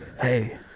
hey